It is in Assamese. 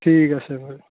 ঠিক আছে বাৰু